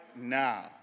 now